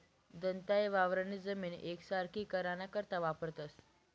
दंताये वावरनी जमीन येकसारखी कराना करता वापरतंस